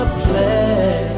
play